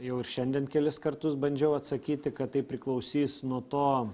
jau ir šiandien kelis kartus bandžiau atsakyti kad tai priklausys nuo to